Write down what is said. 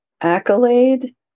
Accolade